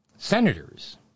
Senators